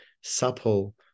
supple